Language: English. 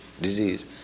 disease